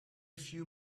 few